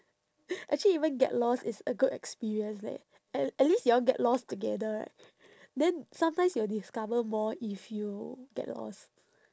actually even get lost is a good experience leh at at least you all get lost together right then sometimes you'll discover more if you get lost